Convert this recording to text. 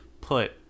put